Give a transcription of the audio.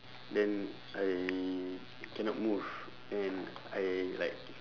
then I cannot move and I like